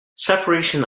separation